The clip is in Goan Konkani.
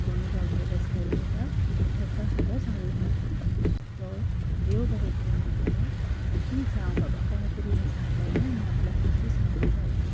कोणीय बाबडो रस्त्यावयल्यान वयता तेका सुद्दां सावळी गावतली तो देव बरें करूं म्हणटलो की जावं बाबा कोणें तरी हें झाड लायलें आनी आपल्याक ताची सावळी गावली